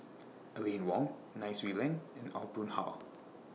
Aline Wong Nai Swee Leng and Aw Boon Haw